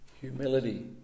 humility